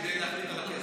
כדי להחליט על הכסף.